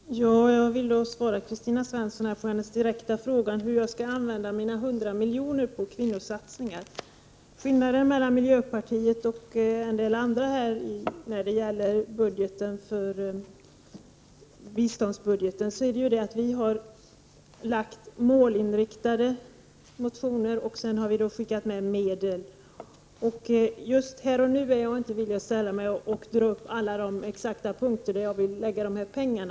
Herr talman! Jag vill svara Kristina Svensson på hennes direkta fråga om hur jag skall använda mina 100 milj.kr. till kvinnosatsningar. Skillnaden mellan miljöpartiet och en del andra partier när det gäller biståndsbudgeten är att vi har lagt fram målinriktade motioner och även skickat med medel. Just här och nu är jag inte villig att ställa mig upp och exakt ange alla de punkter där jag vill lägga dessa pengar.